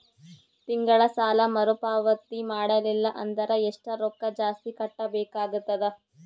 ತಿಂಗಳ ಸಾಲಾ ಮರು ಪಾವತಿ ಮಾಡಲಿಲ್ಲ ಅಂದರ ಎಷ್ಟ ರೊಕ್ಕ ಜಾಸ್ತಿ ಕಟ್ಟಬೇಕಾಗತದ?